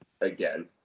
Again